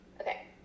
Okay